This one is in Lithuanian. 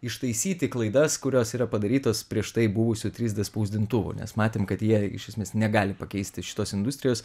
ištaisyti klaidas kurios yra padarytos prieš tai buvusių trys d spausdintuvų nes matėm kad jie iš esmės negali pakeisti šitos industrijos